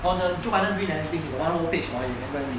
on the two hundred green ah he think he got one whole page 有那个 lead